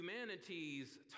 Humanity's